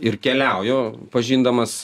ir keliauju pažindamas